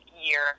year